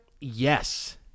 Yes